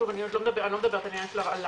שוב אני לא מדברת על עניין של הרעלה,